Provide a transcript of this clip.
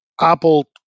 Apple